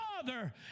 father